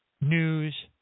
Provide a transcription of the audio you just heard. news